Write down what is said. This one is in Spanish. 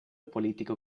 político